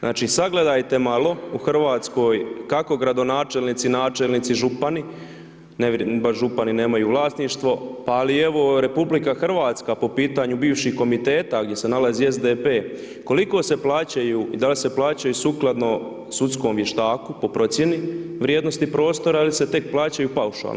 Znači sagledajte malo u Hrvatskoj, kako gradonačelnici, načelnici, župani, baš župani nemaju vlasništvo, ali evo RH, po pitanju bivših komiteta, gdje s nalazi SDP koliko se plaćaju i dal se plaćaju sukladno sudskom vještaku po procjeni vrijednosti prostora ili se tek plaćaju paušalno.